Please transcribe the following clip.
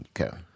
Okay